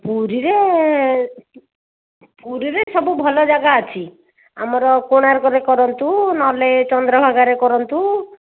ପୁରୀରେ ପୁରୀରେ ସବୁ ଭଲ ଯାଗା ଅଛି ଆମର କୋଣାର୍କରେ କରନ୍ତୁ ନହେଲେ ଚନ୍ଦ୍ରଭାଗାରେ କରନ୍ତୁ